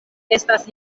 estas